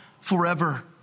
forever